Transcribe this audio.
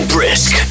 Brisk